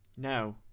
No